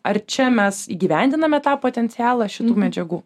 ar čia mes įgyvendiname tą potencialą šitų medžiagų